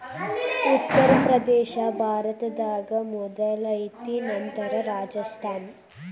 ಉತ್ತರ ಪ್ರದೇಶಾ ಭಾರತದಾಗ ಮೊದಲ ಐತಿ ನಂತರ ರಾಜಸ್ಥಾನ